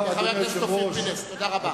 חבר הכנסת אופיר פינס, תודה רבה.